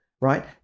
right